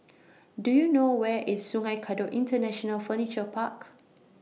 Do YOU know Where IS Sungei Kadut International Furniture Park